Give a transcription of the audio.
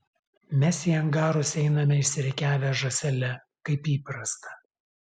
mes į angarus einame išsirikiavę žąsele kaip įprasta